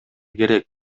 керек